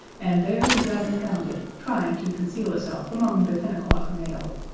and there the dragon found it, trying to conceal itself among the ten o'clock mail.